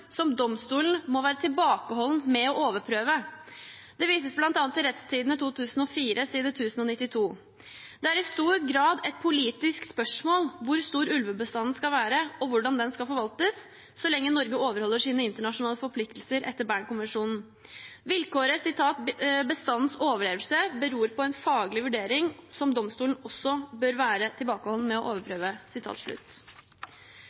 som domstolen må være tilbakeholden med å overprøve. Det vises til blant annet Rt. 2004 s. 1 092. Det er i stor grad et politisk spørsmål hvor stor ulvebestanden skal være og hvordan den skal forvaltes, så lenge Norge overholder sine internasjonale forpliktelser etter Bernkonvensjonen. Vilkåret «bestandens overlevelse» beror på en faglig vurdering som domstolen også bør være tilbakeholden med å